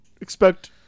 expect